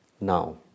Now